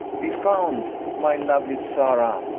be found, my lovely zara!